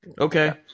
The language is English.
Okay